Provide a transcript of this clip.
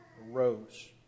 rose